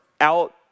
out